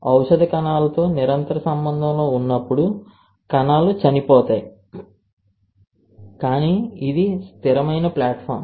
ఔషధం కణాలతో నిరంతర సంబంధంలో ఉన్నప్పుడు కణాలు చనిపోతాయి కానీ ఇది స్థిరమైన ప్లాట్ఫాం